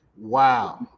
Wow